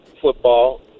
football